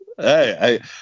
Hey